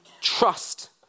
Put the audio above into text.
trust